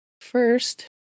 First